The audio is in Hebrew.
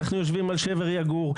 אנחנו יושבים על שבר יגור,